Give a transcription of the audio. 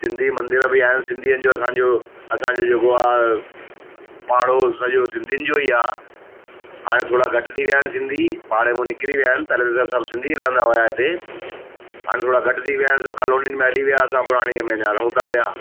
सिंधी मंदिर बि आहिनि सिंधीयुनि जो असांजो असांजो जेको आहे पाड़ो सॼो सिंधीयुनि जो ई आहे हाणे थोड़ा घटि थी विया आहिनि सिंधी पाड़े मो निकिरी विया आहिनि पहिरीं त सभु सिंधी ई रहंदा हुया हिते हाणे थोड़ा घटि थी विया आहिनि सभु कॉलोनीनि में हली विया असां पुराणीअ में अञा रहूं था पिया